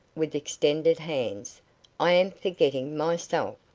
with extended hands i am forgetting myself.